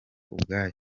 ubwayo